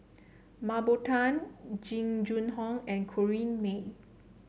Mah Bow Tan Jing Jun Hong and Corrinne May